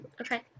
Okay